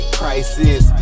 crisis